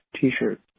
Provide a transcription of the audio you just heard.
t-shirt